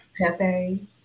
pepe